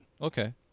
Okay